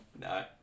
No